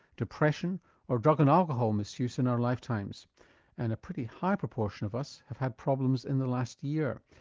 depression or drug and alcohol misuse in our lifetimes and a pretty high proportion of us have had problems in the last year,